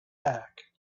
back